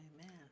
Amen